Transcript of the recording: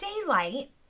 daylight